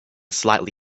slightly